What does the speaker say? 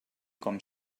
com